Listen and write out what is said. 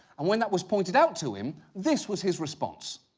and when that was pointed out to him, this was his response.